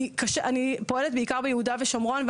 אני פועלת בעיקר ביהודה ושומרון,